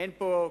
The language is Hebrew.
אין פה,